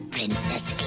Princess